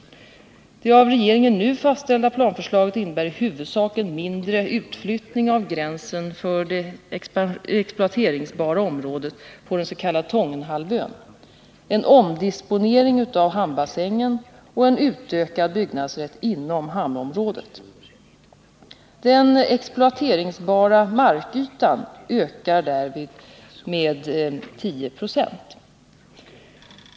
Det av regeringen nu fastställda planförslaget innebär i huvudsak en mindre utflyttning av gränsen för det exploateringsbara området på den s.k. Tångenhalvön, en omdisponering av hamnbassängen och en utökad byggnadsrätt inom hamnområdet. Den exploateringsbara markytan ökar därvid med 10 26.